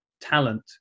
talent